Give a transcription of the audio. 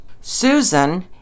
Susan